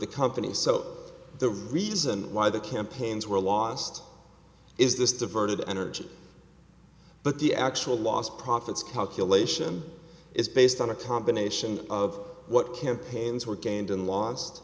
the company so the reason why the campaigns were lost is this diverted energy but the actual lost profits calculation is based on a combination of what campaigns were gained